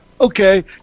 okay